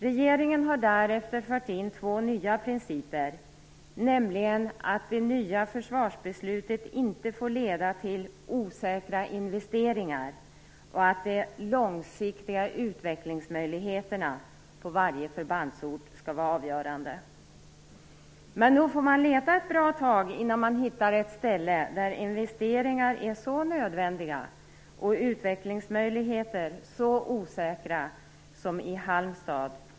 Regeringen har därefter fört in två nya principer, nämligen att det nya försvarsbeslutet inte får leda till osäkra investeringar och att de långsiktiga utvecklingsmöjligheterna på varje förbandsort skall vara avgörande. Men nog får man leta ett bra tag innan man hittar ett ställe där investeringar är så nödvändiga och utvecklingsmöjligheterna så osäkra som i Halmstad.